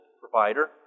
provider